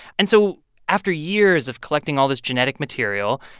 and so after years of collecting all this genetic material,